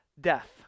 death